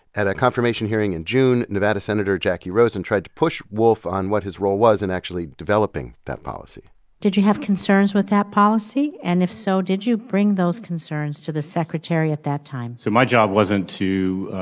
at a confirmation hearing in june, nevada senator jacky rosen tried to push wolf on what his role was in actually developing that policy did you have concerns with that policy, and if so, did you bring those concerns to the secretary at that time? so my job wasn't to